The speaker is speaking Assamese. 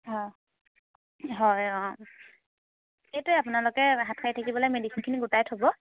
অঁ হয় অঁ সেইটোৱে আপোনালোকে হাত সাৰি থাকিবলে মেডিচিনখিনি গোটাই থ'ব